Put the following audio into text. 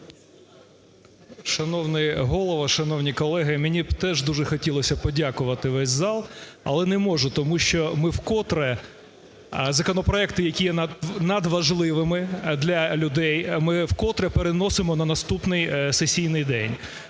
Шановний Голово, шановні колеги, мені б теж дуже хотілося подякувати всьому залу, але не можу. Тому що ми вкотре законопроекти, які є надважливими для людей, ми вкотре переносимо на наступний сесійний день.